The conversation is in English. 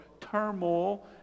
turmoil